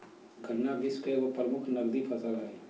गन्ना विश्व के एगो प्रमुख नकदी फसल हइ